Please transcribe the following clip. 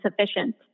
sufficient